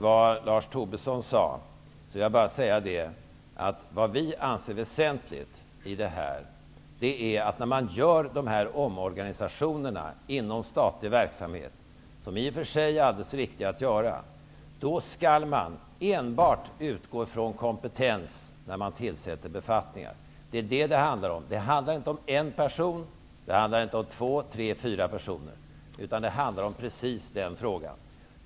Till Lars Tobisson vill jag bara säga att vi anser att det är väsentligt, att när man gör dessa omorganisationer inom statlig verksamhet -- de är i och för sig alldeles riktiga att göra -- skall man enbart utgå från kompetens när man tillsätter befattningar. Det är vad det handlar om. Det handlar inte om en person eller två, tre eller fyra personer. Det handlar om precis den frågan.